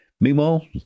Meanwhile